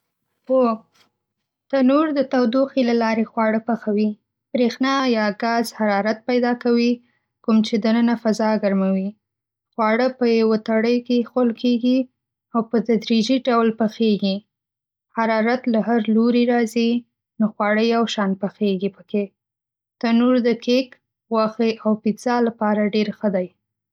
هو، تنور د تودوخې له لارې خواړه پخوي. بریښنا یا ګاز حرارت پیدا کوي، کوم چې دننه فضا ګرموي. خواړه په یوه ټری کې ایښوول کېږي، او په تدریجي ډول پخیږي. حرارت له هر لوري راځي، نو خواړه یوشان پخیږي په کې. تنور د کیک، غوښې او پیزا لپاره ډېر ښه دی.